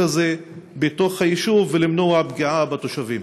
הזה בתוך היישוב ולמנוע פגיעה בתושבים?